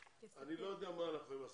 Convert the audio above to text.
אבל אני לא יודע מה אנחנו יכולים לעשות.